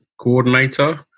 coordinator